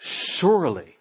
surely